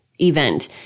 event